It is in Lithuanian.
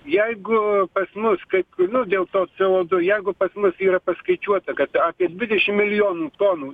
jeigu pas mus kaip dėl to c o du jeigu pas mus yra paskaičiuota kad apie dvidešim milijonų tonų